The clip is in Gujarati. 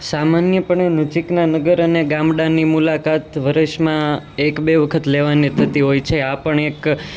સામાન્ય પણે નજીકના નગર અને ગામડાની મુલાકાત વર્ષમાં એક બે વખત લેવાની થતી હોય છે આ પણ એક